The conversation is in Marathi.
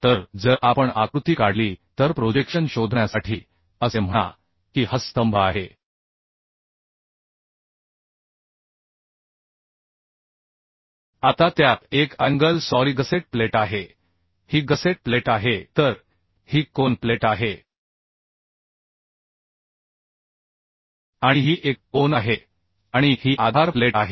तर जर आपण आकृती काढली तर प्रोजेक्शन शोधण्यासाठी असे म्हणा की हा स्तंभ आहे आता त्यात एक अँगल सॉरी गसेट प्लेट आहे ही गसेट प्लेट आहे तर ही कोन प्लेट आहे आणि ही एक कोन आहे आणि ही आधार प्लेट आहे